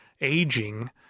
aging